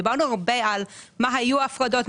דיברנו הרבה על השאלות מה היו ההפרדות,